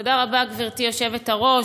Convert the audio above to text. תודה רבה, גברתי היושבת-ראש.